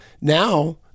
now